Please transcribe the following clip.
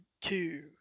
two